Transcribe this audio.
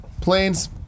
Planes